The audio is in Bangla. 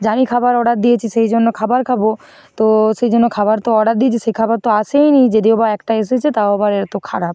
জানি খাবার অর্ডার দিয়েছি সেই জন্য খাবার খাবো তো সেই জন্য খাবার তো অর্ডার দিয়েছি সেই খাবার তো আসেইনি যদিও বা একটা এসেছে তাও আবার এত খারাপ